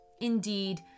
Indeed